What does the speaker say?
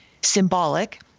symbolic